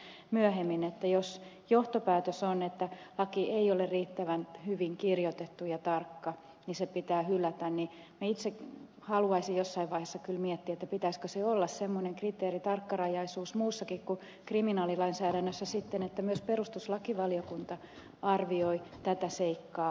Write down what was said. södermanin kanssa myöhemmin että jos johtopäätös on että kun laki ei ole riittävän hyvin kirjoitettu ja tarkka niin se pitää hylätä niin minä itse haluaisin jossain vaiheessa kyllä miettiä pitäisikö sen olla semmoinen kriteeri tarkkarajaisuus muussakin kuin kriminaalilainsäädännössä sitten että myös perustuslakivaliokunta arvioisi tätä seikkaa vakavammin